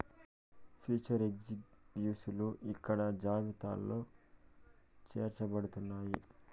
future ఎక్స్చేంజిలు ఇక్కడ జాబితాలో చేర్చబడుతున్నాయి